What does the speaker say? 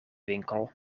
winkel